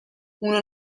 una